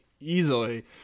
easily